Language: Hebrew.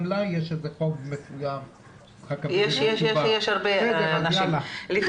אני אשמח לענות, רק